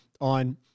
on